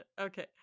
Okay